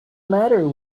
matter